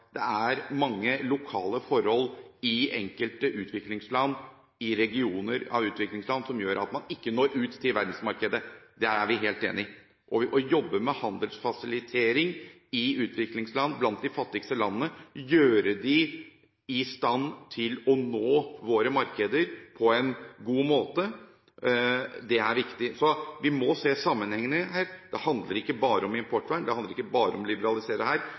det er mange lokale forhold i enkelte utviklingsland, i regioner av utviklingsland, som gjør at man ikke når ut til verdensmarkedet. Der er vi helt enige. Å jobbe med handelsfasilitering i utviklingsland, blant de fattigste landene, gjøre dem i stand til å nå våre markeder på en god måte, er viktig. Så vi må se sammenhengene her. Det handler ikke bare om importvern. Det handler ikke bare om å liberalisere. Det handler også om andre ting. Men det handler også om å liberalisere her.